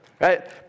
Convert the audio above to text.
right